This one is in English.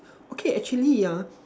okay actually yeah